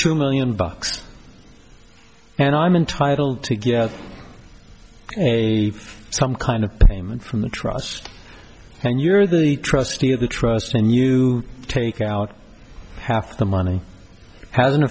two million bucks and i'm entitled to some kind of payment from the trust and you're the trustee of the trust when you take out half the money has